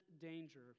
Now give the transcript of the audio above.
danger